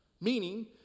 Meaning